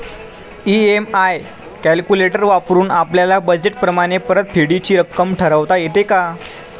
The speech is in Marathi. इ.एम.आय कॅलक्युलेटर वापरून आपापल्या बजेट प्रमाणे परतफेडीची रक्कम ठरवता येते का?